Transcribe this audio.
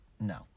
No